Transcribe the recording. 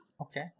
okay